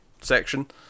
section